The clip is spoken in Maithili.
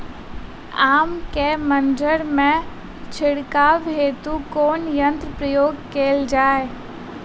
आम केँ मंजर मे छिड़काव हेतु कुन यंत्रक प्रयोग कैल जाय?